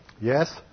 Yes